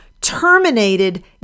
terminated